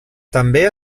també